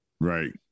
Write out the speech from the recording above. Right